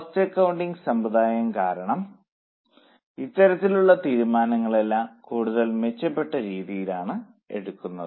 cost accounting സമ്പ്രദായം കാരണം ഇത്തരത്തിലുള്ള തീരുമാനങ്ങളെല്ലാം കൂടുതൽ മെച്ചപ്പെട്ട രീതിയിലാണ് എടുക്കുന്നത്